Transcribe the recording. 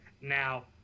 Now